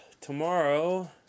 tomorrow